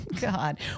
God